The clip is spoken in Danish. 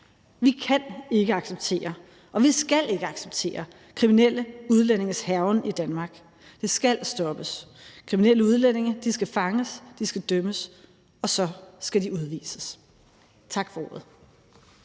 Vi kan ikke acceptere og vi skal ikke acceptere kriminelle udlændinges hærgen i Danmark. Det skal stoppes. Kriminelle udlændinge skal fanges, de skal dømmes, og så skal de udvises. Tak for ordet.